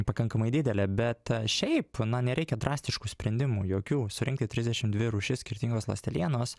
pakankamai didelė bet šiaip na nereikia drastiškų sprendimų jokių surinkti trisdešim dvi rūšis skirtingos ląstelienos